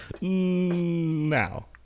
Now